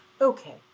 Okay